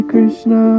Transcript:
Krishna